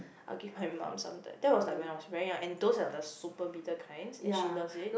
I will give my mum some th~ that was like when I was very young and those are the super bitter kinds and she loves it